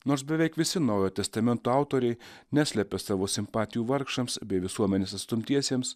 nors beveik visi naujojo testamento autoriai neslepia savo simpatijų vargšams bei visuomenės atstumtiesiems